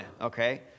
okay